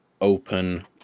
open